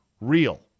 real